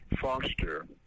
foster